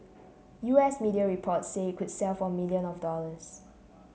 U S media reports say it could sell for million of dollars